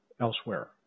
elsewhere